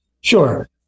sure